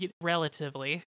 relatively